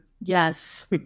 Yes